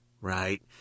right